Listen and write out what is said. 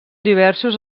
diversos